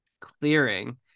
clearing